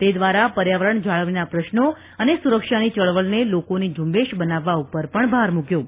તે દ્વારા પર્યાવરણ જાળવણીના પ્રશ્નો અને સુરક્ષાની ચળવળને લોકોની ઝુંબેશ બનાવવા પર ભાર મૂક્યો હતો